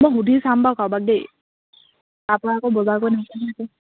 মই সুধি চাম বাৰো কাৰোবাক দেই তাৰপৰা আকৌ